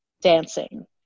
dancing